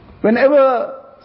whenever